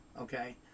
okay